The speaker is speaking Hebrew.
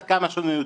עד כמה שאנו יודעים.